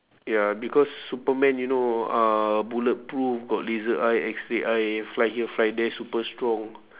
ya because superman you know uh bulletproof got laser eye x-ray eye fly here fly there super strong